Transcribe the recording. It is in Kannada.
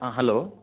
ಹಾಂ ಹಲೋ